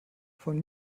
von